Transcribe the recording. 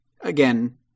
again